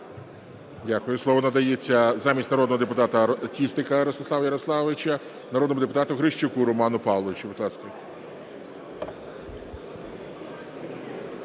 Дякую. Слово надається замість народного депутата Тістика Ростислава Ярославовича народному депутату Грищуку Роману Павловичу.